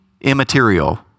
immaterial